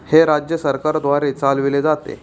हे राज्य सरकारद्वारे चालविले जाते